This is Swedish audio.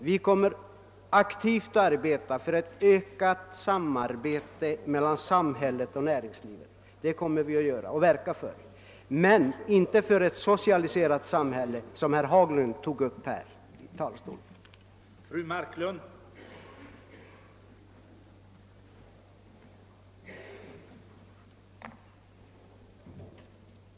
Vi kommer inom centern aktivt att arbeta för ett ökat samarbete mellan samhället och näringslivet men inte för ett socialiserat samhälle, som herr Haglund från denna talarstol pläderade för.